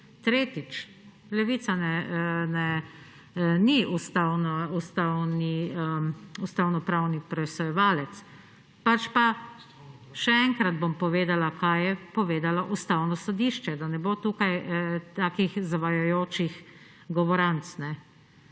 Tretjič. Levica ni ustavnopravni presojevalec, pač pa bom še enkrat povedala, kaj je povedalo Ustavno sodišče, da ne bo tukaj takih zavajajočih govoranc.